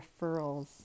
referrals